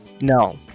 No